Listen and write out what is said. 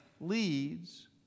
leads